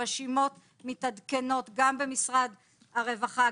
הרשימות מתעדכנות אונליין במשרד הרווחה,